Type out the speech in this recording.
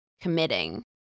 committing